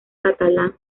catalán